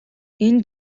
энэ